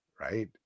right